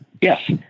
Yes